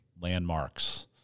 landmarks